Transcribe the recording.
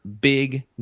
big